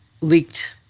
leaked